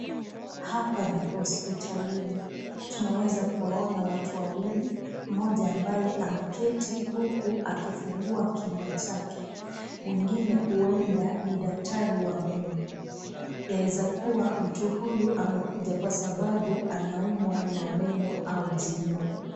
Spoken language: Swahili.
Hapa ni hosipitalini. Tunaweza kuona watu wawili. Mmoja ambaye ameketi huku akifungua kinywa chake. Mwingine huenda ni daktari wa meno. Yaeza kua mtu huyu amekuja kwa sababu anaumwa na meno au jino.